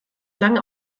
lange